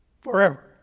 forever